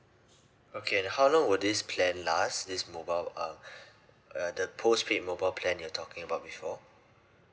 okay and how long will this plan last this mobile um uh the postpaid mobile plan you're talking about before